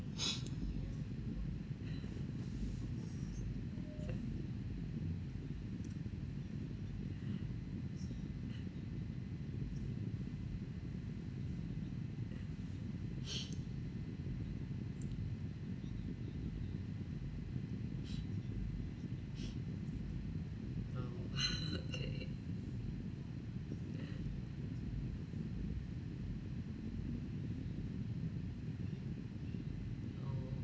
oh okay